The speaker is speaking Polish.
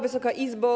Wysoka Izbo!